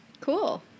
cool